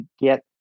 get